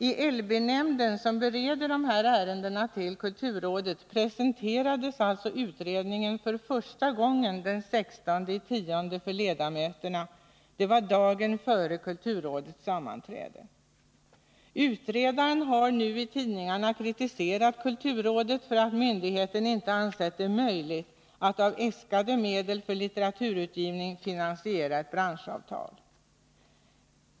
I LB-nämnden, som bereder dessa ärenden till kulturrådet, presenterades alltså utredningen för första gången den 16 oktober 1980 för ledamöterna. Det var dagen före kulturrådets sammanträde. Utredaren har nu i tidningarna kritiserat kulturrådet för att myndigheten inte ansett det möjligt att av äskade medel för litteraturutgivning finansiera ett branschavtal.